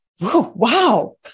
wow